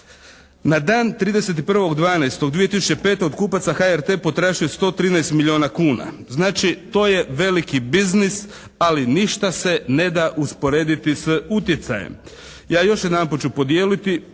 Na dan 31.12.2005. od kupaca HRT potražuje 113 milijuna kuna. Znači, to je veliki biznis ali ništa se ne da usporediti s utjecajem. Ja još jedanput ću ponoviti,